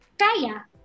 kaya